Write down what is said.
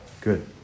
Good